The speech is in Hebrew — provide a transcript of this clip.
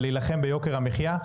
ולהילחם ביוקר המחייה,